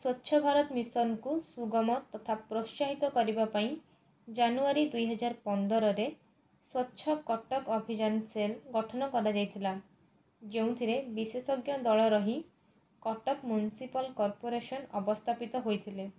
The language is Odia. ସ୍ୱଚ୍ଛ ଭାରତ ମିଶନକୁ ସୁଗମ ତଥା ପ୍ରୋତ୍ସାହିତ କରିବା ପାଇଁ ଜାନୁୟାରୀ ଦୁଇ ହଜାର ପନ୍ଦରରେ ସ୍ୱଚ୍ଛ କଟକ ଅଭିଯାନ ସେଲ୍ ଗଠନ କରା ଯାଇଥିଲା ଯେଉଁଥିରେ ବିଶେଷଜ୍ଞ ଦଳ ରହି କଟକ ମୁନସିପାଲ୍ କର୍ପୋରେସନ୍ ଅବସ୍ତାପିତ ହୋଇଥିଲେ